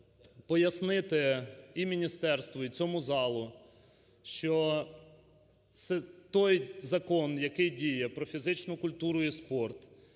пояснити і міністерству, і цьому залу, що це той Закон, який діє, про фізичну культуру і спорт